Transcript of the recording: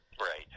Right